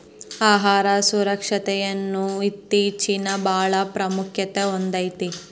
ಆಹಾರ ಸುರಕ್ಷತೆಯನ್ನುದು ಇತ್ತೇಚಿನಬಾಳ ಪ್ರಾಮುಖ್ಯತೆ ಹೊಂದೈತಿ